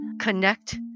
connect